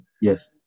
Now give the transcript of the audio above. Yes